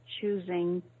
choosing